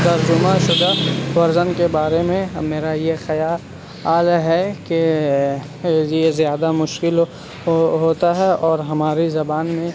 ترجمہ شدہ ورژن کے بارے میں میرا یہ خیا ہے کہ یہ زیادہ مشکل ہوتا ہے اور ہماری زبان میں